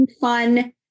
fun